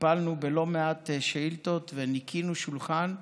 טיפלנו בלא מעט שאילתות וניקינו שולחן,